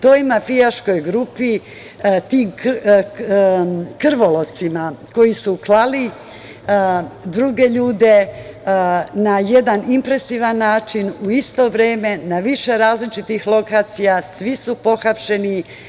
Toj mafijaškoj grupi, tim krvolocima koji su klali druge ljude na jedan impresivan način u isto vreme, na više različitih lokacija, svi su pohapšeni.